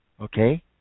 okay